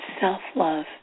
self-love